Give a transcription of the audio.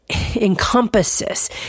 encompasses